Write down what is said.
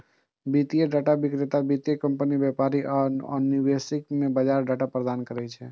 वित्तीय डाटा विक्रेता वित्तीय कंपनी, व्यापारी आ निवेशक कें बाजार डाटा प्रदान करै छै